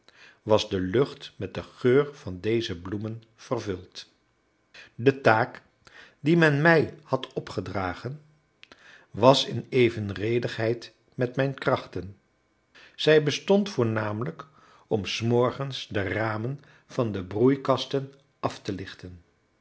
was de lucht met de geur van deze bloemen vervuld de taak die men mij had opgedragen was in evenredigheid met mijn krachten zij bestond voornamelijk om s morgens de ramen van de broeikasten af te lichten